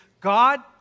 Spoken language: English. God